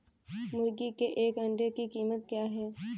मुर्गी के एक अंडे की कीमत क्या है?